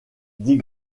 dit